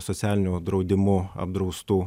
socialiniu draudimu apdraustų